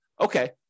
okay